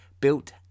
built